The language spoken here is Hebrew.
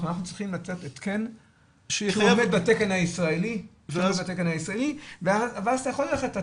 אנחנו צריכים לתת התקן שיעמוד בתקן הישראלי ואז אתה יכול ללכת,